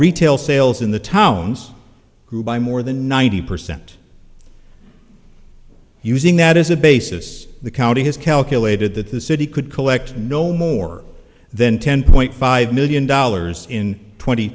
retail sales in the towns grew by more than ninety percent using that as a basis the county has calculated that the city could collect no more than ten point five million dollars in tw